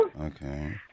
Okay